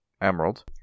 Emerald